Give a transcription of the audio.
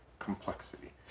Complexity